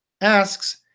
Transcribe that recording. asks